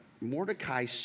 Mordecai